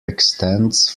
extends